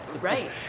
Right